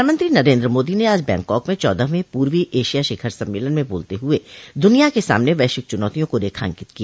प्रधानमंत्री नरेन्द्र मोदी ने आज बैंकॉक में चौदहवें पूर्वी एशिया शिखर सम्मेलन में बोलते हुए दुनिया के सामन वैश्विक चुनौतियों को रेखांकित किया